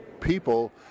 people